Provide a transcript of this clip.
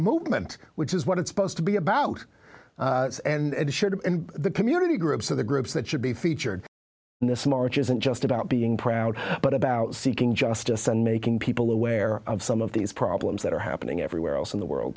movement which is what it's supposed to be about and assured the community groups of the groups that should be featured in this march isn't just about being proud but about seeking justice and making people aware of some of these problems that are happening everywhere else in the world